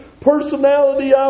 personality